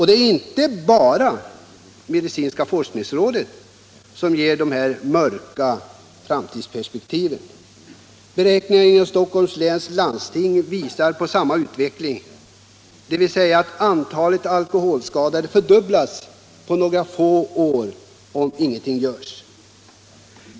Det är inte bara medicinska forskningsrådet som ger detta mörka framtidsperspektiv. Beräkningar inom Stockholms läns landsting visar på samma utveckling, dvs. att antalet alkoholskadade fördubblas på några få år om ingenting görs.